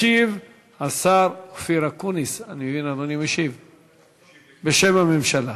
ישיב השר אופיר אקוניס בשם הממשלה.